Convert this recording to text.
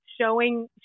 showing